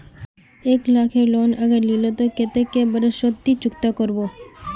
एक लाख केर लोन अगर लिलो ते कतेक कै बरश सोत ती चुकता करबो?